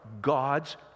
God's